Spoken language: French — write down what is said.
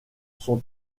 sont